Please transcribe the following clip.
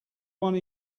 one